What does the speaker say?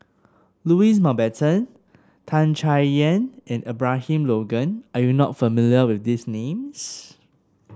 Louis Mountbatten Tan Chay Yan and Abraham Logan are you not familiar with these names